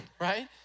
Right